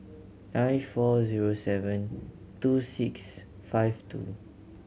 nine four zero seven two six five two